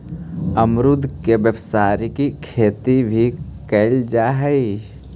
अमरुद के व्यावसायिक खेती भी कयल जा हई